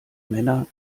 männer